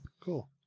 Cool